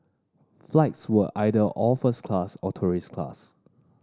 flights were either all first class or tourist class